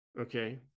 Okay